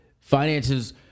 finances